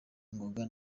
ngoga